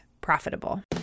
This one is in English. profitable